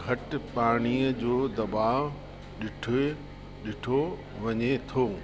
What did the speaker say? घटि पाणीअ जो दबाव ॾिठे ॾिठो वञे थो